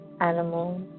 animals